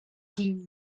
dîn